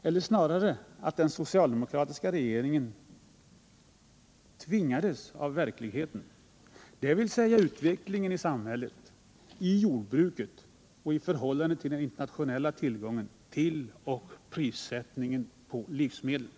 Eller snarare att den socialdemokratiska regeringen tvingades härtill av verkligheten, dvs. av utvecklingen i samhället och i jordbruket och i förhållande till den internationella tillgången till och prissättningen på livsmedel.